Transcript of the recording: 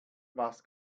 was